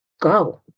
go